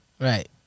Right